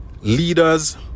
leaders